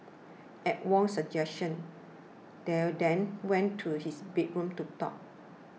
at Wong's suggestion they then went to his bedroom to talk